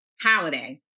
holiday